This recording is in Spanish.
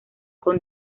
con